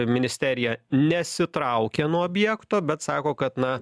ministerija nesitraukia nuo objekto bet sako kad na